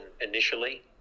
initially